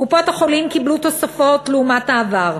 קופות-החולים קיבלו תוספות לעומת העבר.